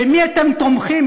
במי אתם תומכים,